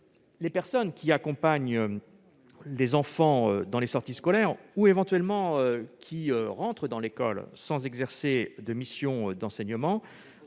les personnes qui accompagnent les enfants dans les sorties scolaires ou, éventuellement, qui entrent dans l'école sans exercer de mission d'enseignement